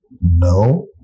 No